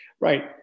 Right